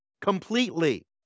completely